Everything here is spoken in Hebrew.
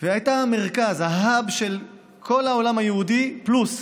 והייתה המרכז, ה-hub של כל העולם היהודי, פלוס.